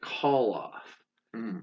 call-off